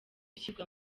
gushyirwa